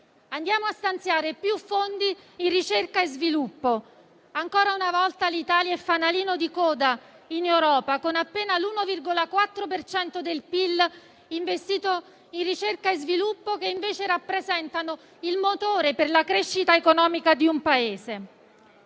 Andiamo a stanziare più fondi in ricerca e sviluppo: ancora una volta l'Italia è fanalino di coda in Europa con appena l'1,4 per cento del PIL investito in ricerca e sviluppo, che invece rappresentano il motore per la crescita economica di un Paese.